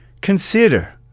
consider